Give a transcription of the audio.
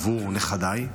עבור נכדיי,